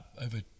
over